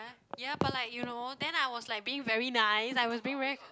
ya but like you know then I was like being very nice I was being very